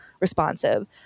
responsive